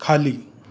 खाली